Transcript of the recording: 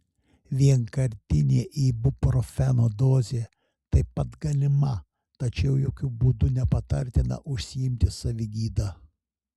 vienkartinė ibuprofeno dozė taip pat galima tačiau jokiu būdu nepatartina užsiimti savigyda